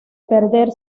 perder